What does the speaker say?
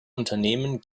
unternehmen